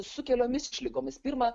su keliomis išlygomis pirma